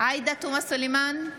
עאידה תומא סלימאן,